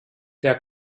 der